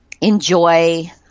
enjoy